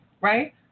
Right